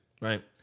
right